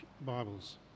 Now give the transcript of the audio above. Bibles